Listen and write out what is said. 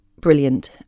brilliant